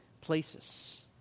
places